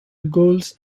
goals